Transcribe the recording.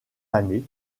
années